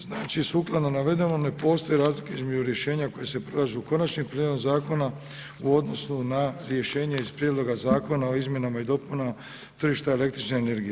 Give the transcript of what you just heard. Znači, sukladno navedenom ne postoje razlike između rješenja koje se prilažu u Konačni prijedlog Zakona u odnosu na rješenje iz Prijedloga Zakona o izmjenama i dopunama tržišta električne energije.